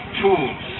tools